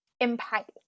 impact